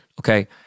okay